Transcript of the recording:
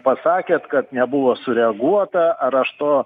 pasakėt kad nebuvo sureaguota ar aš to